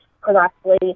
correctly